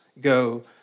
go